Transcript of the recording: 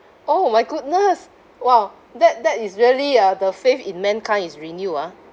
oh my goodness !wow! that that is really uh the faith in mankind is renew ah